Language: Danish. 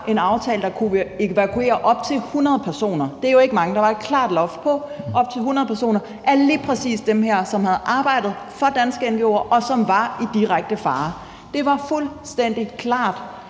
hvorefter der kunne evakueres op til 100 personer. Det er jo ikke mange. Der var et klart loft på op til 100 personer af lige præcis dem her, som havde arbejdet for danske ngo'er, og som var i direkte fare. Det var fuldstændig klart.